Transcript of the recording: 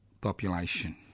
population